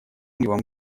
мотивам